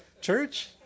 church